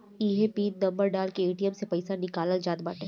इहे PIN number डाल के ए.टी.एम से पईसा निकालल जात बाटे